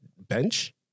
bench